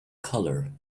colour